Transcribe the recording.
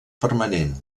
permanent